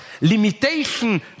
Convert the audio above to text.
Limitation